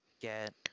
get